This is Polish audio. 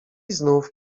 znów